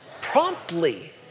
Promptly